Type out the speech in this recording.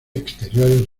exteriores